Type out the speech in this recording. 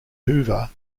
hoover